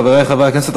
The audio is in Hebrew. חברי חברי הכנסת,